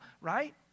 right